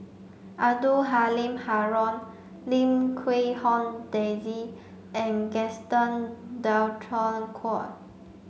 Abdul Halim Haron Lim Quee Hong Daisy and Gaston Dutronquoy